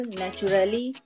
naturally